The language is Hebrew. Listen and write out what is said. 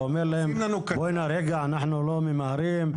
האם אתה אומר להם: רגע אנחנו לא ממהרים,